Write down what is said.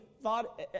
thought